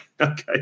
Okay